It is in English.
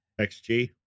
XG